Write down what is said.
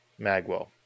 Magwell